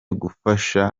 gufasha